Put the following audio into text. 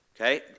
Okay